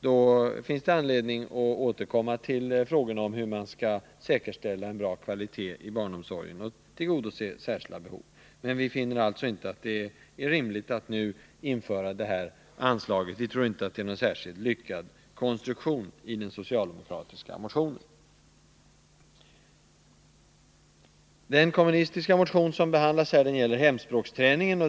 Då finns det anledning att återkomma till frågorna om hur man skall säkerställa en god kvalitet i barnomsorgen och tillgodose särskilda behov. Men vi finner inte att det är rimligt att nu införa det anslag som det här gäller. Vi tycker inte att det är någon särskilt lyckad konstruktion som föreslås i den socialdemokratiska motionen. Den kommunistiska motion som behandlas här gäller hemspråksträningen.